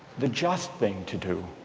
the just thing to do